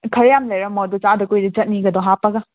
ꯈꯔ ꯌꯥꯝ ꯂꯩꯔꯝꯃꯣ ꯑꯗꯣ ꯆꯥꯗ ꯀꯨꯏꯔꯦ ꯆꯠꯅꯤꯒꯗꯣ ꯍꯥꯞꯄꯒ